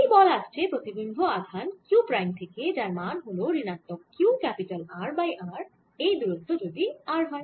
এই বল আসছে প্রতিবিম্ব আধান q প্রাইম থেকে যার মান হল ঋণাত্মক q R বাই r এই দূরত্ব যদি r হয়